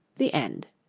the end